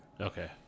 Okay